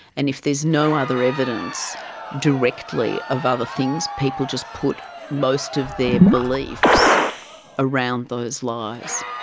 and if there is no other evidence directly of other things, people just put most of their beliefs around those lies.